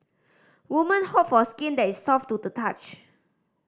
women hope for skin that is soft to the touch